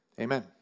Amen